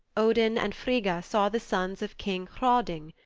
odin and frigga saw the sons of king hrauding,